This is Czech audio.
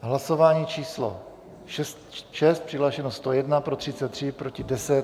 V hlasování číslo 6 přihlášeno 101, pro 33, proti 10.